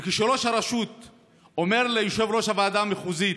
ושכראש הרשות אומר ליושב-ראש הוועדה המחוזית